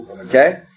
Okay